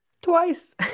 twice